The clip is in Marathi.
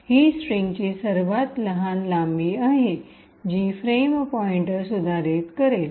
ही स्ट्रिंगची सर्वात लहान लांबी आहे जी फ्रेम पॉईंटर सुधारित करेल